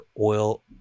oil